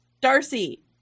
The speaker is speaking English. Darcy